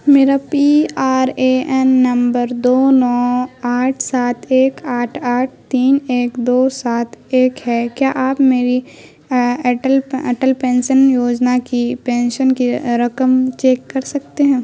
میرا P R A N number دو نو آٹھ سات ایک آٹھ آٹھ تین ایک دو سات ایک ہے کیا آپ میری اٹل اٹل پینسن یوجنا کی پینشن کی رقم چیک کر سکتے ہیں